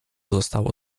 zostało